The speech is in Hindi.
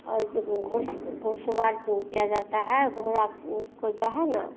और जब घुड़सवार किया जाता है घोड़ा को जो है ना